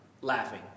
laughing